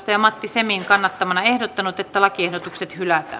matti semin kannattamana ehdottanut että lakiehdotukset